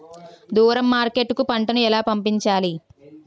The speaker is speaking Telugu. దూరం మార్కెట్ కు పంట ను ఎలా పంపించాలి?